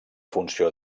funció